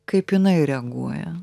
kaip jinai reaguoja